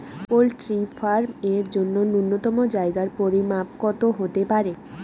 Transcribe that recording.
Poultry farm এর জন্য নূন্যতম জায়গার পরিমাপ কত হতে পারে?